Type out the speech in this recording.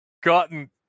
gotten